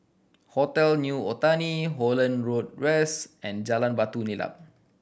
Hotel New Otani Holland Road West and Jalan Batu Nilam